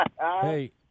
Hey